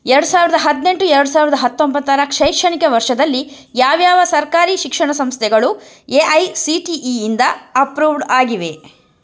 ಎರ್ಡು ಸಾವಿರ್ದ ಹದಿನೆಂಟು ಎರ್ಡು ಸಾವಿರ್ದ ಹತ್ತೊಂಬತ್ತರ ಶೈಕ್ಷಣಿಕ ವರ್ಷದಲ್ಲಿ ಯಾವ್ಯಾವ ಸರ್ಕಾರಿ ಶಿಕ್ಷಣ ಸಂಸ್ಥೆಗಳು A I C T E ಇಂದ ಅಪ್ರೂವ್ಡ್ ಆಗಿವೆ